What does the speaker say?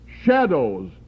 shadows